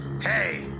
Hey